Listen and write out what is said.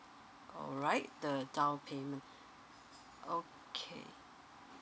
alright the down payment okay